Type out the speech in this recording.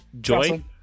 joy